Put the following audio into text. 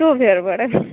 શું ફેર પડે